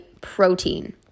protein